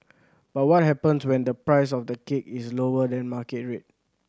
but what happens when the price of the cake is lower than market rate